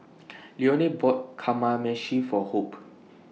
Leone bought Kamameshi For Hope